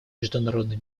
международной